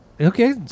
Okay